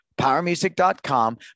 powermusic.com